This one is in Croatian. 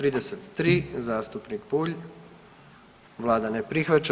33. zastupnik Bulj, Vlada ne prihvaća.